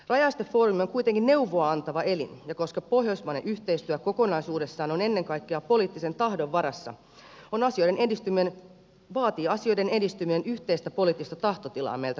rajaestefoorumi on kuitenkin neuvoa antava elin ja koska pohjoismainen yhteistyö kokonaisuudessaan on ennen kaikkea poliittisen tahdon varassa vaatii asioiden edistyminen yhteistä poliittista tahtotilaa meiltä kaikilta